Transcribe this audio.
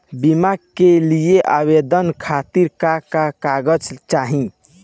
बीमा के लिए आवेदन खातिर का का कागज चाहि?